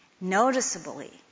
noticeably